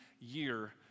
year